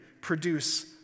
produce